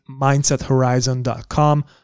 MindsetHorizon.com